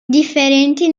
differenti